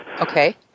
Okay